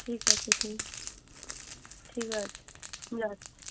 ঠিক আছে ঠিক ঠিক আছে আচ্ছা